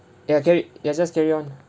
ya carry ya just carry on